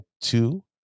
two